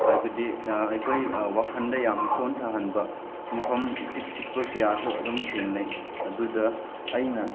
ꯍꯥꯏꯕꯗꯤ ꯑꯩꯈꯣꯏ ꯋꯥꯈꯟꯗ ꯌꯥꯝ ꯁꯣꯟꯊꯍꯟꯕ ꯃꯐꯝ ꯏꯆꯤꯛ ꯆꯤꯛꯄ ꯀꯌꯥꯁꯨ ꯑꯗꯨꯝ ꯊꯦꯡꯅꯩ ꯑꯗꯨꯗ ꯑꯩꯅ